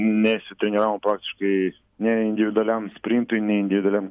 nesitreniravom praktiškai nei individualiam sprintui nei individualiam